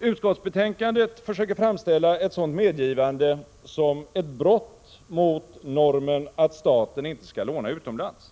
Utskottsbetänkandet försöker framställa ett sådant medgivande som ett brott mot normen att staten inte skall låna utomlands.